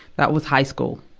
that was high school.